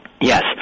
Yes